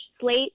slate